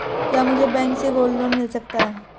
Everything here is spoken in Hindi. क्या मुझे बैंक से गोल्ड लोंन मिल सकता है?